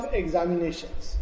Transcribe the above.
examinations